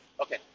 Okay